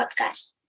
podcast